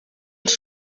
els